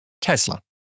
Tesla